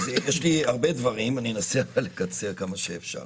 יש לי הרבה דברים, אני אנסה לקצר כמה שאפשר.